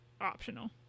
optional